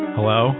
Hello